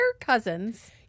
cousins